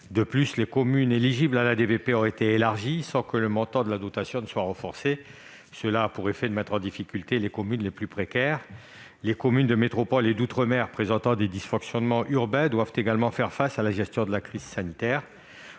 le nombre de communes éligibles à la DPV a été élargi, sans que le montant de la dotation soit augmenté. Cela a pour effet de mettre en difficulté les communes les plus précaires. Les communes de métropole et d'outre-mer présentant des dysfonctionnements urbains doivent également faire face à la gestion de la crise sanitaire.